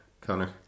Connor